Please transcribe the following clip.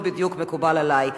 לא בדיוק מקובל עלי.